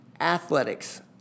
athletics